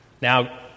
Now